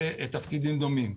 בתפקידים דומים.